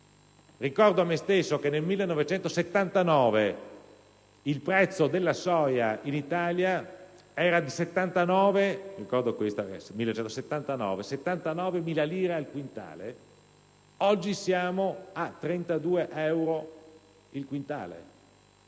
Ricordo a me stesso che nel 1979 il prezzo della soia in Italia era di 79.000 lire al quintale; oggi siamo a 32 euro il quintale.